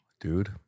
Dude